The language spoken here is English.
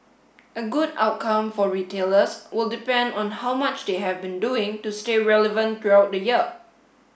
a good outcome for retailers will depend on how much they have been doing to stay relevant throughout the year